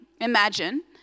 Imagine